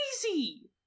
crazy